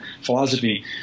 philosophy